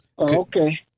Okay